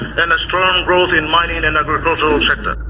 and a strong growth in mining and agricultural sector.